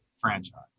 franchise